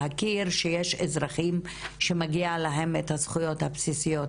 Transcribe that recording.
להכיר בכך שיש אזרחים שמגיע להם את הזכויות הבסיסיות,